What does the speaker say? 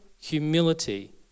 humility